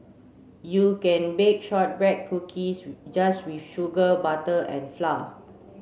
you can bake shortbread cookies just with sugar butter and flour